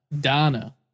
Donna